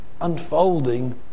unfolding